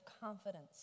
confidence